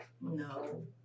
No